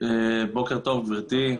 בוקר טוב, גברתי.